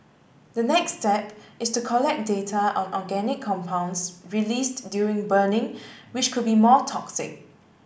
the next step is to collect data on organic compounds released during burning which could be more toxic